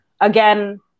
again